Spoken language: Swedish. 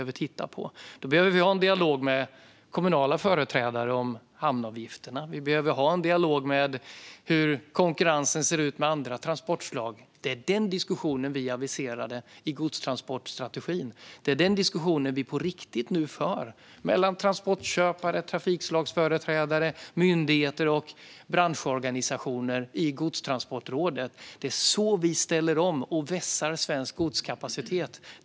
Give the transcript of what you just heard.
Vi behöver ha en dialog med kommunala företrädare om hamnavgifterna. Vi behöver ha en dialog med andra transportslag om hur konkurrensen ser ut. Det var den diskussionen vi aviserade i godstransportstrategin. Och det är den diskussionen som nu förs på riktigt mellan transportköpare, trafikslagsföreträdare, myndigheter och branschorganisationer i Nationella godstransportrådet. Det är på det sättet vi ställer om och vässar svensk godskapacitet.